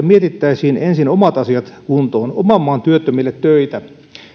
mietittäisiin ensin omat asiat kuntoon oman maan työttömille töitä